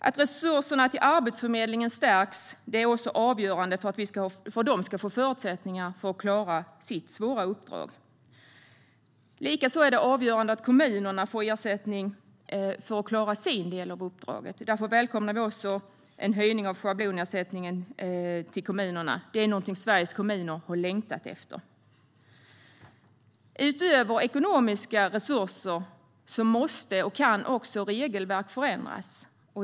Att resurserna till Arbetsförmedlingen stärks är också avgörande för att de ska få förutsättningar att klara sitt svåra uppdrag. Likaså är det avgörande att kommunerna får ersättning för att klara sin del av uppdraget. Därför välkomnar vi en höjning av schablonersättningen till kommunerna. Det är någonting som Sveriges kommuner har längtat efter. Utöver ekonomiska resurser måste och kan regelverk förenklas.